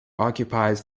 occupies